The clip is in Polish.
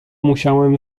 musiałem